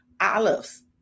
olives